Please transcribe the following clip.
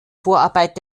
vorarbeit